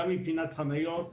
גם מבחינת חניות.